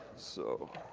so